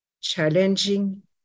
challenging